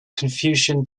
confucian